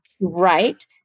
right